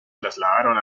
trasladaron